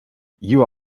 you